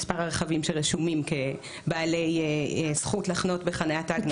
מספר הרכבים שרשומים כבעלי זכות לחנות בחניית תג נכה.